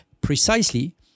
precisely